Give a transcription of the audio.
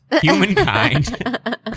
Humankind